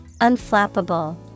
Unflappable